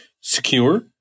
secure